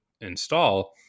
install